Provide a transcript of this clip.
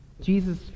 Jesus